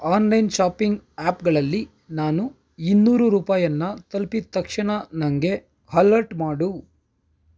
online shopping ಆ್ಯಪ್ಗಳಲ್ಲಿ ನಾನು ಇನ್ನೂರು ರೂಪಾಯಿಯನ್ನು ತಲ್ಪಿದ ತಕ್ಷಣ ನನಗೆ ಹಲರ್ಟ್ ಮಾಡು